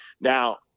Now